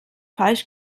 falsch